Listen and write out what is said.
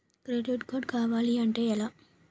Credit card కావాలి అంటే ఎలా?